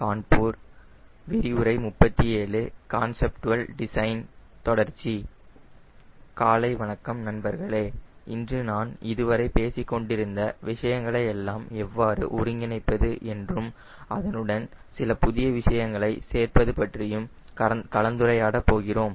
காலை வணக்கம் நண்பர்களே இன்று நான் இதுவரை பேசிக்கொண்டிருந்த விஷயங்களை எல்லாம் எவ்வாறு ஒருங்கிணைப்பது என்றும் அதனுடன் சில புதிய விஷயங்களை சேர்ப்பது பற்றியும் கலந்துரையாட போகிறோம்